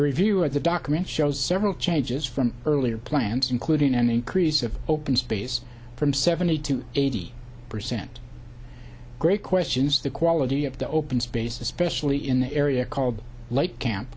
review of the document shows several changes from earlier plans including an increase of open space from seventy to eighty percent great questions the quality of the open space especially in the area called light camp